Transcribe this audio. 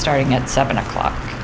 starting at seven o'clock